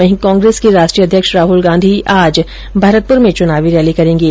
वहीं कांग्रेस के राष्ट्रीय अध्यक्ष राहुल गांधी भी आज भरतपुर में चुनावी रैली करेंगे